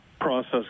process